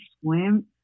swim